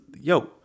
Yo